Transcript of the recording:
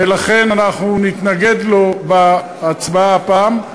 ולכן אנחנו נתנגד לו בהצבעה הפעם.